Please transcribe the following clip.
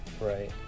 Right